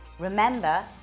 Remember